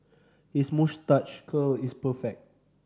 his moustache curl is perfect